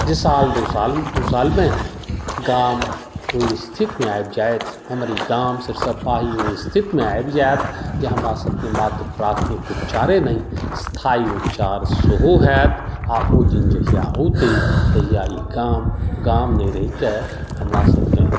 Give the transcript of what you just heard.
जे साल दू सालमे गाम ओहि स्थितमे आबि जायत हमर ई गाम सरिसव पाही ओहि स्थितमे आबि जायत जे हमरा सभके मात्र प्राथमिक उपचारे नहि स्थायी उपचार सेहो हैत आ ओ दिन जहिया औतै तहिया ई गाम गाम नहि रहिके हमरा सभके